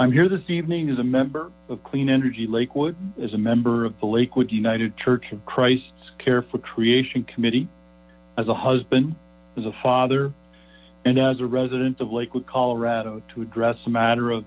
i'm here this evening as a member of clean energy lakewood as a member lakewood the united church of christ care for creation committee as a husband as a father and as a resident of lakewood colorado to address the matter of